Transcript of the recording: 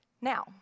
Now